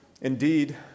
Indeed